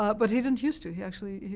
ah but he didn't used to. he actually,